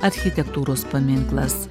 architektūros paminklas